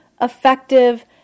effective